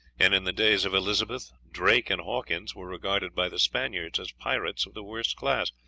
and in the days of elizabeth, drake and hawkins were regarded by the spaniards as pirates of the worst class,